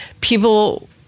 People